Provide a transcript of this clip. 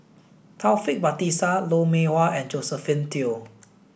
Taufik Batisah Lou Mee Wah and Josephine Teo